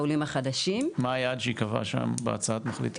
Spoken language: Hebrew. לעומת שירות המדינה שיש שם ייצוג נמוך,